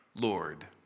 Lord